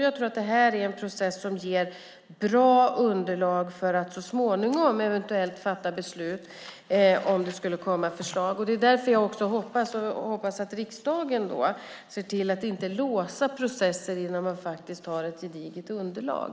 Jag tror att det här är en process som ger bra underlag för att man så småningom eventuellt ska kunna fatta beslut om det skulle komma ett förslag. Det är därför jag också hoppas att riksdagen ser till att inte låsa processer innan man faktiskt har ett gediget underlag.